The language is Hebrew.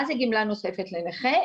מה היא גמלה נוספת לנכה?